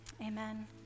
Amen